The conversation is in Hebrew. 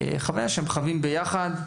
שהם חווים ביחד,